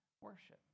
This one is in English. worship